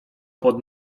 pod